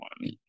one